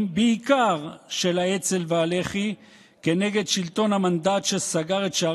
הרב, ככה שאני חושב שזה